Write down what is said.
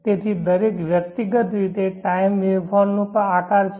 તેથી દરેક વ્યક્તિગત રીતે ટાઇમ વેવફોર્મ નો આકાર છે